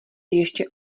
ještě